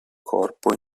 corpo